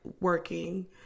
working